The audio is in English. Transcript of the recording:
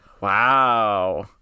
wow